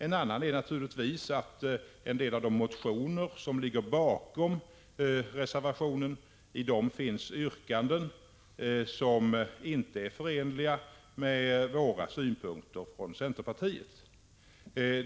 Ett annat skäl är naturligtvis att i en del av de motioner som ligger bakom reservationen finns yrkanden som inte är förenliga med centerpartiets synpunkter.